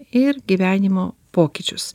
ir gyvenimo pokyčius